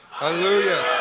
Hallelujah